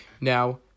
Now